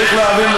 צריך להבין,